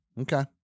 Okay